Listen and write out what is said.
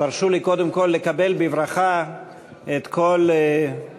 תרשו לי קודם כול לקבל בברכה את כל נציגי,